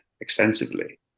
extensively